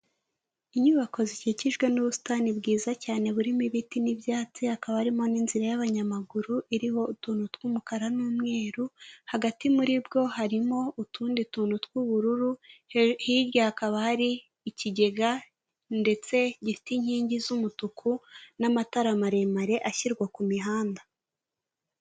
Inyubako zikikijwe n'ubusitani bwiza cyane burimo ibiti n'ibyatsi ha akaba harimo n'inzira y'abanyamaguru iriho utuntu tw'umukara n'umweru hagati muri bwo harimo utundi tuntu tw'ubururu hirya hakaba hari ikigega ndetse gifite inkingi z'umutuku n'amatara maremare ashyirwa ku mihanda.